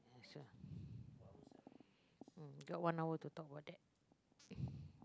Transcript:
next one mm got one hour to talk about that